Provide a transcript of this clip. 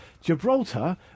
Gibraltar